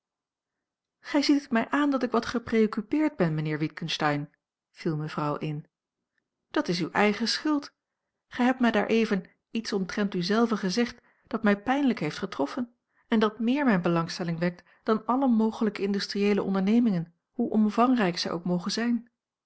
gij ziet het mij aan dat ik wat gepreoccupeerd ben mijnheer witgensteyn viel mevrouw in dat is uw eigen schuld gij hebt mij daareven iets omtrent u zelven gezegd dat mij pijnlijk heeft getroffen en dat meer mijne belangstelling wekt dan alle mogelijke industrieele ondernemingen hoe omvangrijk zij ook mogen zijn